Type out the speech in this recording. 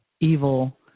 evil